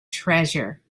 treasure